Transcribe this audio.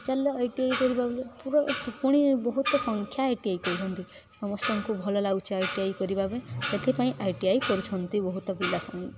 ଚାଲ I T I କରିବା ପୁଣି ବହୁତ ସଂଖ୍ୟା ଆଇ ଟି ଆଇ କରୁଛନ୍ତି ସମସ୍ତଙ୍କୁ ଭଲ ଲାଗୁଛି ଆଇ ଟି ଆଇ କରିବା ପାଇଁ ସେଥିପାଇଁ ଆଇ ଟି ଆଇ କରୁଛନ୍ତି ବହୁତ ପିଲାମାନେ